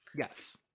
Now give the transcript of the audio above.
Yes